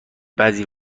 بعضی